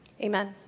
Amen